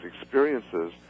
experiences